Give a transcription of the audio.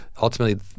ultimately